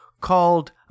called